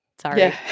Sorry